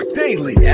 daily